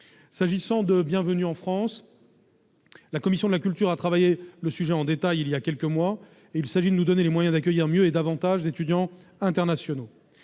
le plan Bienvenue en France, la commission de la culture a étudié le sujet en détail voilà quelques mois. Il s'agit de nous donner les moyens d'accueillir mieux un plus grand nombre d'étudiants internationaux.